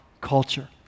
culture